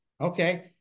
Okay